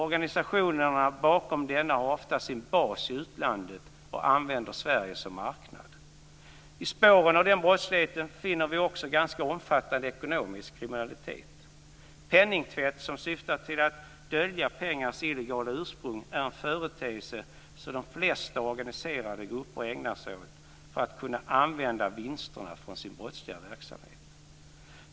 Organisationerna bakom denna har ofta sin bas i utlandet och använder Sverige som marknad. I spåren av den brottsligheten finner vi också ganska omfattande ekonomisk kriminalitet. Penningtvätt som syftar till att dölja pengars illegala ursprung är en företeelse som de flesta organiserade grupper ägnar sig åt för att kunna använda vinsterna från sin brottsliga verksamhet.